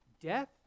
death